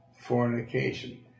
fornication